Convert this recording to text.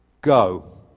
Go